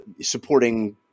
supporting